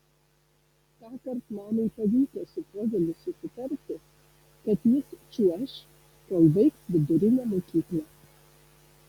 tąkart mamai pavyko su povilu susitarti kad jis čiuoš kol baigs vidurinę mokyklą